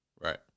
Right